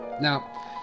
Now